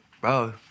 bro